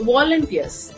Volunteers